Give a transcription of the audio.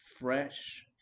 Fresh